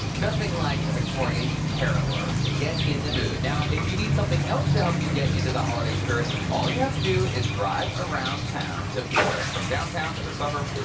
nothing like the victorian carolers to get in the mood. now, if you need something else to help you get into the holiday spirit, all you have to do is drive around town to feel it. from downtown to the suburbs,